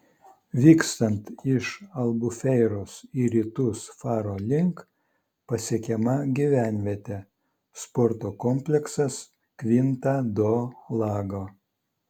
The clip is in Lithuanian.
vykstant iš albufeiros į rytus faro link pasiekiama gyvenvietė sporto kompleksas kvinta do lago